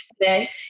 today